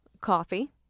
coffee